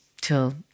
till